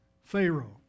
Pharaoh